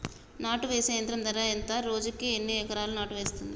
నాటు వేసే యంత్రం ధర ఎంత రోజుకి ఎన్ని ఎకరాలు నాటు వేస్తుంది?